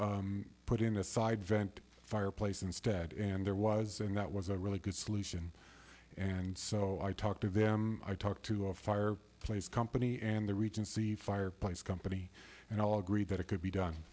put in the side vent fireplace instead and there was and that was a really good solution and so i talked to them i talked to a fire place company and the regency fireplace company and all agreed that it could be done